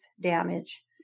damage